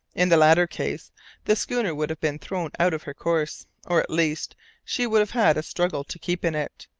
in the latter case the schooner would have been thrown out of her course, or at least she would have had a struggle to keep in it,